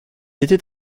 était